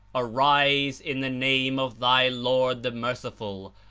arise in the name of thy lord, the merciful,